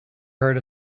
heard